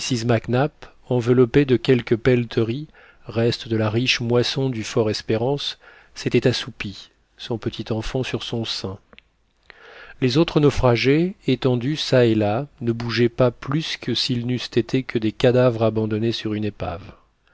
enveloppée de quelques pelleteries restes de la riche moisson du fortespérance s'était assoupie son petit enfant sur son sein les autres naufragés étendus çà et là ne bougeaient pas plus que s'ils n'eussent été que des cadavres abandonnés sur une épave